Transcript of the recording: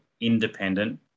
independent